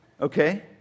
okay